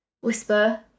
Whisper